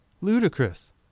ludicrous